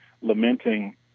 lamenting